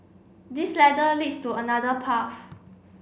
this ladder leads to another path